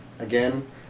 Again